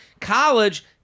College